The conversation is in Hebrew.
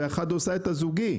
והשנייה עושה את הזוגי.